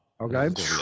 Okay